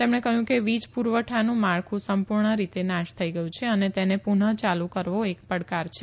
તેમણે કહ્યું કે વીજ પુરવઠાનું માળખું સંપૂર્ણ રીતે નાશ થઈ ગયું છે અને તેને પુનઃ યાલુ કરવો એક પડકાર છે